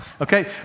okay